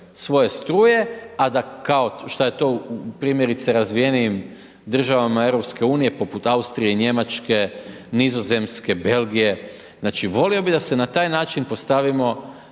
svoje struje, a da kao, šta je to primjerice razvijenim državama EU, poput Austrije, Njemačke, Nizozemske, Belgije. Znači volio bi da se na taj način postavimo,